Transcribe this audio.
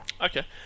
Okay